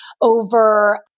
over